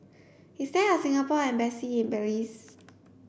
is there a Singapore embassy in Belize